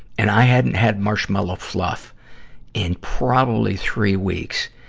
and i hadn't had marshmallow fluff in probably three weeks.